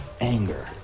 anger